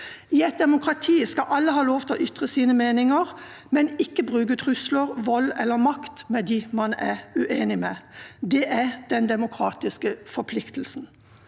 I et demokrati skal alle ha lov til å ytre sine meninger, men ikke bruke trusler, vold eller makt mot dem man er uenig med. Det er den demokratiske forpliktelsen.